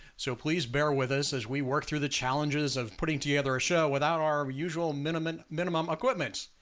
so please bear with us as we work through the challenges of putting together a show without our usual minimum minimum equipment.